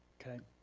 okay.